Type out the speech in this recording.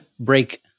Break